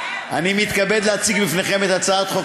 אני מתכבד להציג בפניכם את הצעת חוק